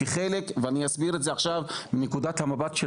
אני אסביר את זה עכשיו מנקודת המבט של